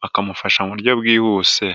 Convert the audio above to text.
bakamufasha mu buryo bwihuse.